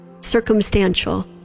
circumstantial